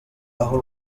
aho